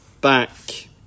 back